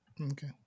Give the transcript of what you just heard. Okay